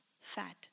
fat